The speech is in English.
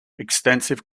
extensive